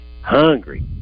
Hungry